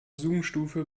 zoomstufe